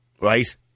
Right